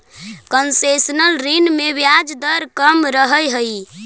concessional ऋण में ब्याज दर कम रहऽ हइ